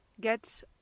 get